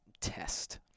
test